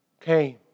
came